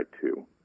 two